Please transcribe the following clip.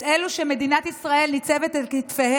את אלה שמדינת ישראל ניצבת על כתפיהם,